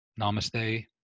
Namaste